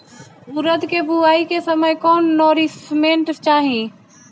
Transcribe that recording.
उरद के बुआई के समय कौन नौरिश्मेंट चाही?